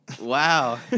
Wow